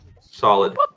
Solid